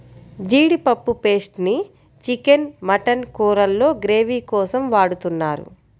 జీడిపప్పు పేస్ట్ ని chicken, mutton కూరల్లో గ్రేవీ కోసం వాడుతున్నారు